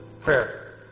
prayer